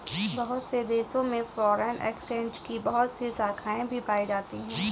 बहुत से देशों में फ़ोरेन एक्सचेंज की बहुत सी शाखायें भी पाई जाती हैं